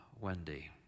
Wendy